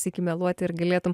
sykį meluoti ir galėtum